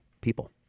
people